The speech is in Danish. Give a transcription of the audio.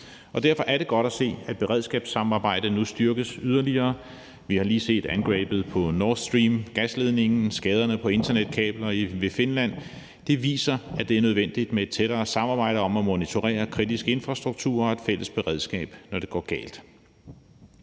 Derfor er det godt at se, at beredskabssamarbejdet nu styrkes yderligere. Vi har lige set angrebet på Nord Stream-gasledningen og skaderne på internetkabler ved Finland. Det viser, at det er nødvendigt med et tættere samarbejde om at monitorere kritisk infrastruktur og et fælles beredskab, når det går galt.